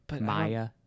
Maya